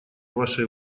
вашей